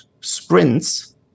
sprints